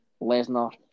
Lesnar